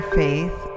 faith